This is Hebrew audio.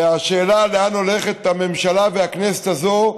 השאלה לאן הולכות הממשלה והכנסת הזאת,